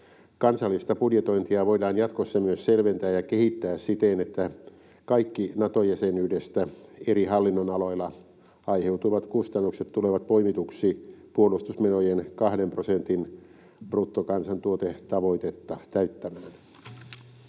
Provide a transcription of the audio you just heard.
Kansallista budjetointia voidaan jatkossa myös selventää ja kehittää siten, että kaikki Nato-jäsenyydestä eri hallinnonaloilla aiheutuvat kustannukset tulevat poimituiksi puolustusmenojen kahden prosentin bruttokansantuotetavoitetta täyttämään.